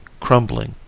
crumbling,